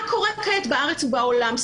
מה קורה כעת בארץ ובעולם.